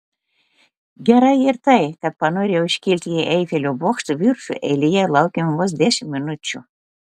gerai ir tai kad panorę užkilti į eifelio bokšto viršų eilėje laukėme vos dešimt minučių